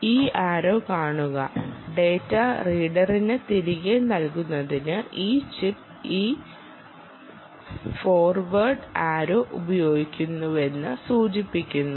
ഈ ആരോ കാണുക ഡാറ്റ റീഡറിന് തിരികെ നൽകുന്നതിന് ഈ ചിപ്പ് ഈ ഫോർവേഡ് ആരോ ഉപയോഗിക്കുന്നുവെന്ന് സൂചിപ്പിക്കുന്നു